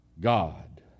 God